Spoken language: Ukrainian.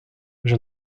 вже